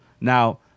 Now